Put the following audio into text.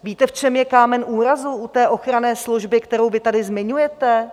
Víte, v čem je kámen úrazu u té ochranné služby, kterou vy tady zmiňujete?